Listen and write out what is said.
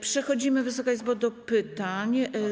Przechodzimy, Wysoka Izbo, do pytań.